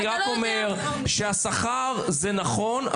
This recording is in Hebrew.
אני רק אומר שהשכר זה נכון,